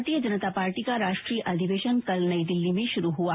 भारतीय जनता पार्टी का राष्ट्रीय अधिवेशन कल नई दिल्ली में शुरू हुआ